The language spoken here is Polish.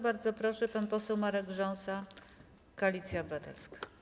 Bardzo proszę, pan poseł Marek Rząsa, Koalicja Obywatelska.